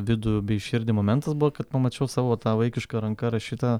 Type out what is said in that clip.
vidų bei širdį momentas buvo kad pamačiau savo tą vaikiška ranka rašytą